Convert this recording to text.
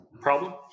problem